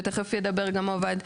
ותכף ידבר גם עובד,